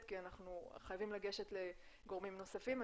כי אנחנו חייבים לגשת לגורמים נוספים.